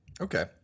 Okay